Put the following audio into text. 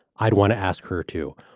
i'd want to ask her, too.